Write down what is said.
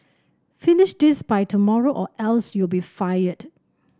finish this by tomorrow or else you'll be fired